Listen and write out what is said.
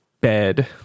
bed